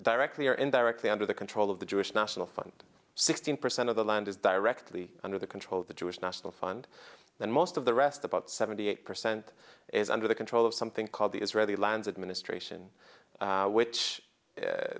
directly or indirectly under the control of the jewish national fund sixteen percent of the land is directly under the control of the jewish national fund that most of the rest about seventy eight percent is under the control of something called the israeli lands administration which